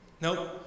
Nope